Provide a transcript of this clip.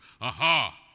aha